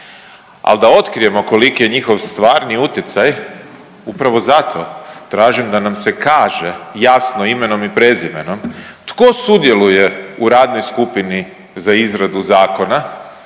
Ali, da otkrijemo koliki je njihov stvarni utjecaj upravo zato tražim da nam se kaže jasno, imenom i prezimenom tko sudjeluje u radnoj skupini za izradu zakona